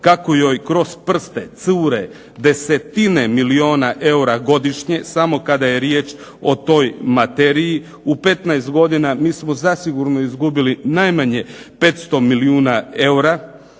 kako joj kroz prste cure desetine milijuna eura godišnje samo kada je riječ o toj materiji. U 15 godina mi smo zasigurno izgubili najmanje 500 milijuna eura.